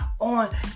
on